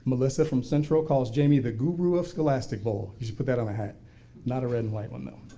melissa from central calls jamie the guru of scholastic bowl, you should put that on a hat not a red and white one though.